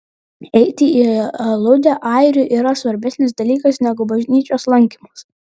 eiti į aludę airiui yra svarbesnis dalykas negu bažnyčios lankymas